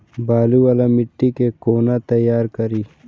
बालू वाला मिट्टी के कोना तैयार करी?